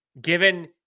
Given